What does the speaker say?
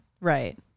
Right